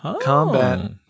Combat